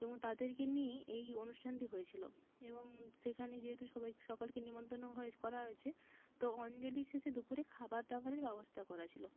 এবং তাদেরকে নিয়েই এই অনুষ্ঠানটি হয়েছিলো এবং সেখানে যেহেতু সবাই সকলকে নেমন্তন্ন হয় করা হয়েছে তো অঞ্জলি শেষে দুপুরে খাবার দাবারের ব্যবস্থা করা ছিলো